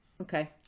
Okay